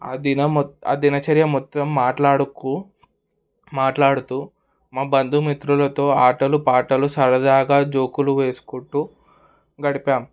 ఆ దినం మొ ఆ దినచర్య మొత్తం మాట్లాడకు మాట్లాడుతూ మా బంధుమిత్రులతో ఆటలు పాటలు సరదాగా జోకులు వేసుకుంటూ గడిపాం